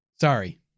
Sorry